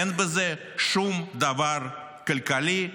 אין בזה שום דבר כלכלי,